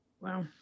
Wow